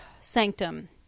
Sanctum